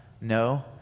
No